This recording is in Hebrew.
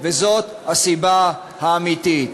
זאת הסיבה האמיתית.